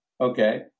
okay